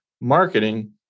marketing